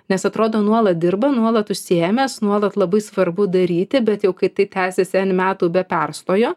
nes atrodo nuolat dirba nuolat užsiėmęs nuolat labai svarbu daryti bet jau kai tai tęsiasi metų be perstojo